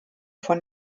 von